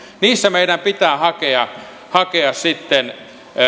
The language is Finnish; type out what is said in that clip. niissä meidän pitää hakea hakea sitten